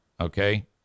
Okay